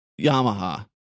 Yamaha